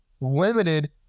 limited